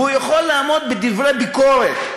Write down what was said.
והוא יכול לעמוד בדברי ביקורת.